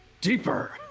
Deeper